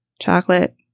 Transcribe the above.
Chocolate